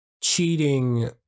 cheating